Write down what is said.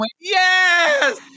yes